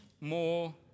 more